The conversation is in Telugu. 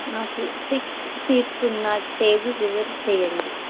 నాకు సిక్స్ సీట్స్ ఉన్న టేబుల్ రిజర్వ్ చేయండి